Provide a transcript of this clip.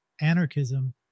Anarchism